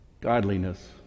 godliness